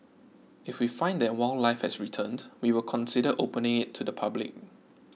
if we find that wildlife has returned we will consider opening it to the public